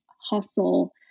hustle